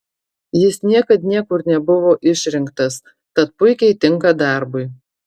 jis niekad niekur nebuvo išrinktas tad puikiai tinka darbui